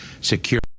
secure